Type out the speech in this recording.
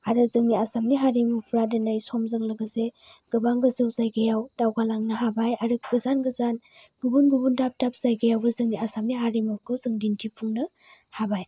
आरो जोंनि आसामनि हारिमुफोरा दिनै समजों लोगोसे गोबां गोजौ जायगायाव दावगालांनो हाबाय आरो गोजान गोजान गुबुन गुबुन दाब दाब जायगायावबो जोङो आसामनि हारिमुखौ दिन्थिफुंनो हाबाय